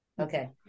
okay